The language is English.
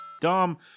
dumb